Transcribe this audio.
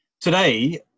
today